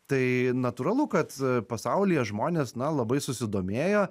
tai natūralu kad pasaulyje žmonės na labai susidomėjo